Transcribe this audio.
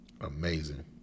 amazing